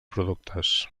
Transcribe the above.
productes